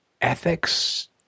ethics